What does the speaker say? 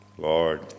Lord